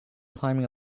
climbing